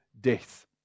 death